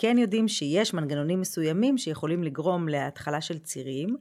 כן יודעים שיש מנגנונים מסוימים שיכולים לגרום להתחלה של צירים.